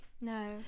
No